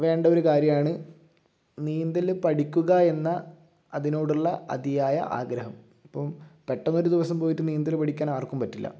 വേണ്ട ഒരു കാര്യമാണ് നീന്തൽ പഠിക്കുക എന്നതിനോടുള്ള അതിയായ ആഗ്രഹം ഇപ്പം പെട്ടെന്ന് ഒരു ദിവസം പോയിട്ട് നീന്തൽ പഠിക്കാൻ ആർക്കും പറ്റില്ല